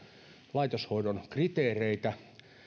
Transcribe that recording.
laitoshoidon kriteereitä